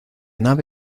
nave